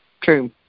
True